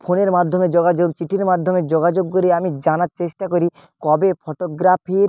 ফোনের মাধ্যমে যোগাযোগ চিঠির মাধ্যমে যোগাযোগ করি আমি জানার চেষ্টা করি কবে ফটোগ্রাফির